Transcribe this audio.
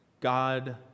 God